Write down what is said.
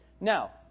Now